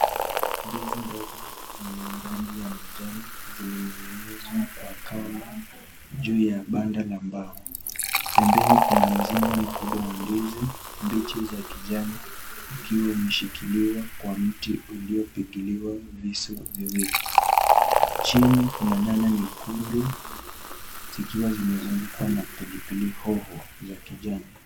Ndizi ndogo zenye rangi ya manjano zimeninginizwa kwa kamba juu ya banda la mbao. Pembeni kuna mzinga mkubwa wa ndizi mbichi za kijani ukiwa umeshikiliwa kwa mti uliopigiliwa visu viwili. Chini kuna nyanya nyekundu zikiwa zimezungukwa na pilipili hoho za kijani.